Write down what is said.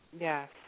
Yes